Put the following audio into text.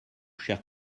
chers